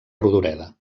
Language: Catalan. rodoreda